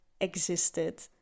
existed